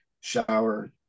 shower